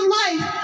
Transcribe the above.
life